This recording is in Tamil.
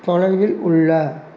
தொலைவில் உள்ள